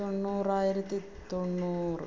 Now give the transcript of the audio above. തൊണ്ണൂറായിരത്തി തൊണ്ണൂറ്